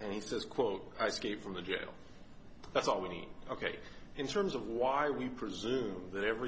and he says quote i skate from a jail that's already ok in terms of why we presume that every